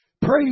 Praise